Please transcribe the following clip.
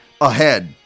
ahead